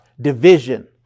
division